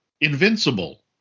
Invincible